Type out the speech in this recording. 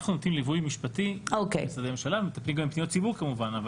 אנחנו נותנים ליווי משפטי למשרדי הממשלה ומטפלים גם בפניות ציבור כמובן.